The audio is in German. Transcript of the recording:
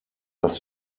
dass